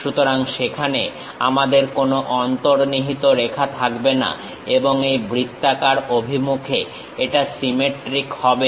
সুতরাং সেখানে আমাদের কোনো অন্তর্নিহিত রেখা থাকবে না এবং এই বৃত্তাকার অভিমুখে এটা সিমেট্রিক হবে